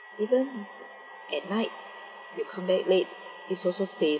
even at night you come back late it's also safe